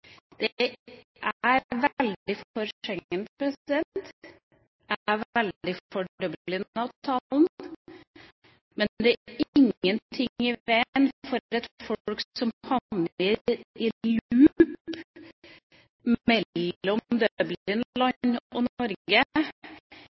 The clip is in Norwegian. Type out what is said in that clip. Jeg er veldig for Schengen-avtalen, jeg er veldig for Dublin-avtalen. Men det er ingenting i veien for at folk som havner i en loop mellom